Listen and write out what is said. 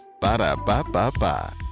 Ba-da-ba-ba-ba